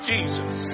Jesus